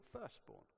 firstborn